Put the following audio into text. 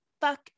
fuck